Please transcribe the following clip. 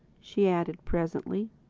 she added presently.